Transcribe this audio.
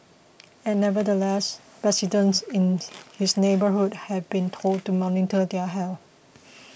and nevertheless residents in his neighbourhood have been told to monitor their health